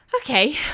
okay